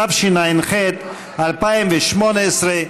התשע"ח 2018,